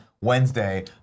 Wednesday